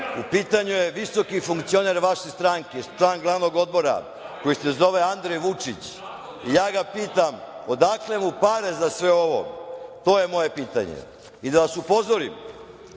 u pitanju je visoki funkcioner vaše stranke, član glavnog odbora, koji se zove Andrej Vučić. Ja ga pitam odakle mu pare za sve ovo? To je moje pitanje. Da vas upozorim,